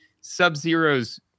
sub-zero's